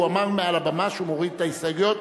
הוא אמר מעל הבמה שהוא מוריד את ההסתייגויות.